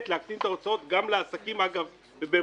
להקטין את ההוצאות גם לעסקים ובהמשך,